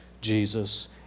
Jesus